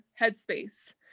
headspace